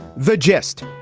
the gist.